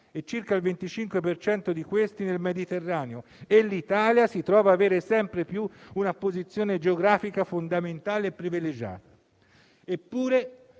e circa il 25 per cento nel Mediterraneo e l'Italia si trova ad avere sempre di più una posizione geografica fondamentale e privilegiata. Eppure